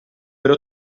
ero